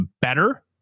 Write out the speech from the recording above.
better